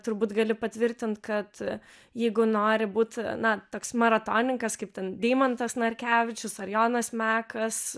turbūt gali patvirtint kad jeigu nori būt na toks maratonininkas kaip ten deimantas narkevičius ar jonas mekas